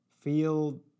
Feel